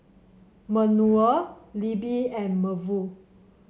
Manuel Libbie and Maeve